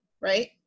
right